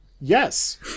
Yes